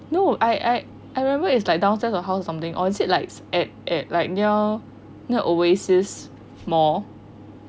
no I I I remember it's like downstairs of our house or something or is it like eh near near oasis mall